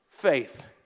Faith